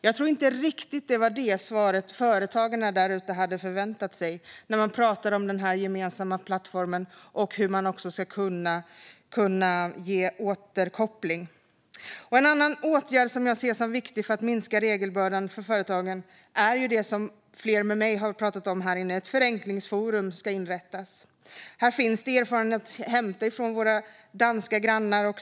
Jag tror inte riktigt att det var detta svar som företagarna där ute förväntade sig när de pratade om den här gemensamma plattformen och hur man ska kunna ge återkoppling. En annan åtgärd som jag ser som viktig för att minska regelbördan för företagen är något som flera andra har pratat om här inne, nämligen att ett förenklingsforum inrättas. Här finns det erfarenheter att hämta från våra danska grannar.